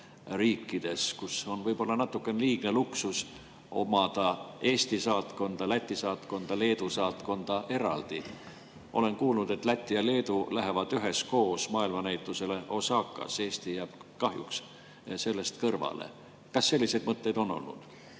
riikides, kus on võib-olla natukene liigne luksus omada Eesti saatkonda, Läti saatkonda ja Leedu saatkonda eraldi. Olen kuulnud, et Läti ja Leedu lähevad üheskoos maailmanäitusele Ōsakas. Eesti jääb kahjuks sellest kõrvale. Kas selliseid mõtteid on olnud?